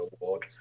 award